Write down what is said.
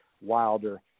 Wilder